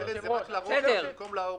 ארז, זה צריך להיות לרוחב במקום לאורך.